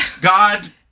God